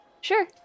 sure